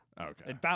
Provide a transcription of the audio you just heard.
okay